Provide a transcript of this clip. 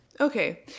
Okay